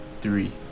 three